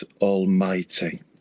almighty